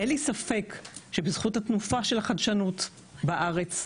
אין לי ספק שבזכות התנופה של החדשנות בארץ,